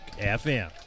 FM